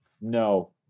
no